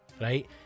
right